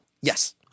Yes